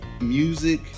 music